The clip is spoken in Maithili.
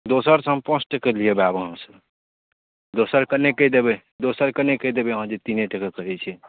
दोसरसँ हम पाँच टका लेब अहाँसँ दोसर कऽ नहि कहि देबै दोसरके नहि कहि देबै अहाँ जे तीने टका करैत छै